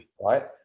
right